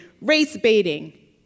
race-baiting